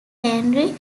henry